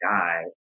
guy